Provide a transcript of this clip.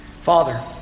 Father